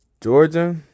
Georgia